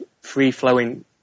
free-flowing